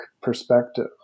perspective